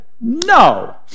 no